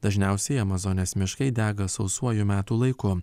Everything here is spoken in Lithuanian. dažniausiai amazonės miškai dega sausuoju metų laiku